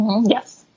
Yes